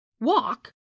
Walk